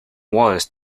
was